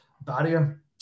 barrier